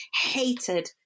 hated